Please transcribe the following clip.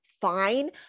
Fine